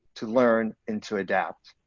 to learn and to adapt.